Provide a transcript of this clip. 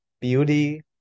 beauty